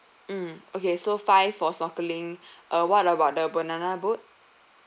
mm okay so five for snorkelling uh what about the banana boat